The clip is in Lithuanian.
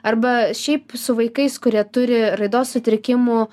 arba šiaip su vaikais kurie turi raidos sutrikimų